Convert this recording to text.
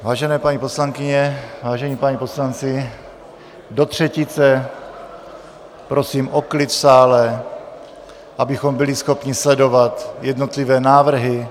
Vážené paní poslankyně, vážení páni poslanci, do třetice prosím o klid v sále, abychom byli schopni sledovat jednotlivé návrhy.